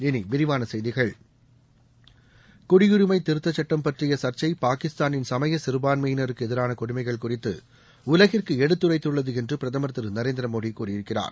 இனி விரிவான செய்திகள் குடியுரிமை திருத்தச் சுட்டம் பற்றிய சர்ச்சை பாகிஸ்தானின் சமய சிறபான்மையினருக்கு எதிரான கொடுமைகள் குறித்து உலகிற்கு எடுத்துரைத்துள்ளது என்று பிரதமர் திரு நரேந்திர மோடி கூறியிருக்கிறார்